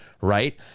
right